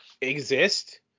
exist